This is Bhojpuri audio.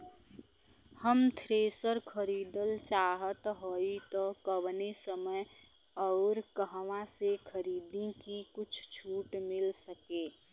हम थ्रेसर खरीदल चाहत हइं त कवने समय अउर कहवा से खरीदी की कुछ छूट मिल सके?